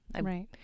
right